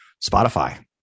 Spotify